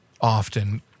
often